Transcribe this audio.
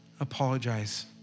apologize